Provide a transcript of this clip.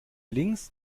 links